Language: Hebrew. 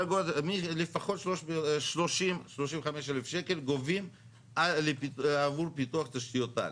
לפחות 30,000-35,000 שקלים גובים עבור פיתוח תשתיות על.